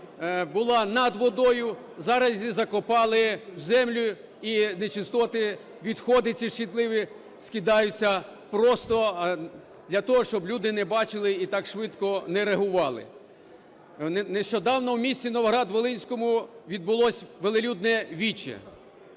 була над водою, зараз її закопали в землю, і нечистоти, відходи ці шкідливі скидаються просто для того, щоб люди не бачили і так швидко не реагували. Нещодавно в місті Новоград-Волинському відбулось волелюдне віче,